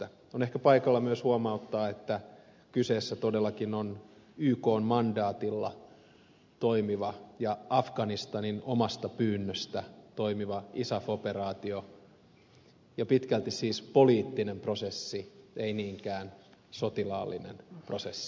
on ehkä paikallaan myös huomauttaa että kyseessä todellakin on ykn mandaatilla toimiva ja afganistanin omasta pyynnöstä toimiva isaf operaatio ja pitkälti siis poliittinen prosessi ei niinkään sotilaallinen prosessi